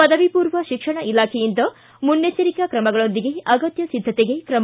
ಪದವಿ ಪೂರ್ವ ಶಿಕ್ಷಣ ಇಲಾಖೆಯಿಂದ ಮುನ್ನೆಚ್ಚರಿಕಾ ಕ್ರಮಗಳೊಂದಿಗೆ ಅಗತ್ಯ ಸಿದ್ದತೆಗೆ ಕ್ರಮ